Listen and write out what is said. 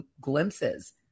glimpses